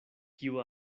kiu